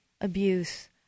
abuse